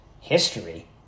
history